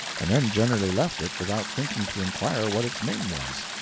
and then generally left it without thinking to inquire what its name was.